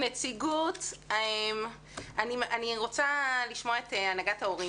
אודליה מהנהגת ההורים,